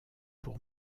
pour